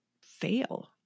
fail